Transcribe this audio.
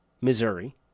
Missouri